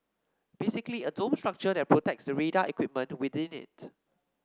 basically a dome structure that protects the radar equipment within it